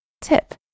Tip